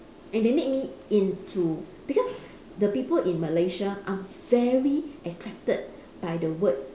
and they need me into because the people in malaysia are very attracted by the word